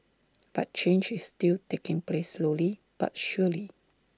but change is still taking place slowly but surely